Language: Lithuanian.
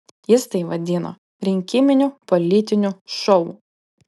jis tai vadino rinkiminiu politiniu šou